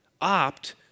opt